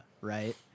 right